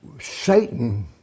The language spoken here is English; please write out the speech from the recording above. Satan